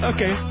Okay